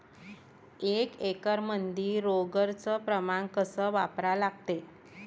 एक एकरमंदी रोगर च प्रमान कस वापरा लागते?